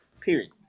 period